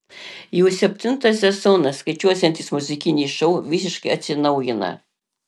jau septintą sezoną skaičiuosiantis muzikinis šou visiškai atsinaujina